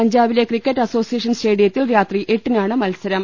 പഞ്ചാബിലെ cricket association സ്റ്റേഡിയ ത്തിൽ രാത്രി എട്ടിനാണ് മത്സരം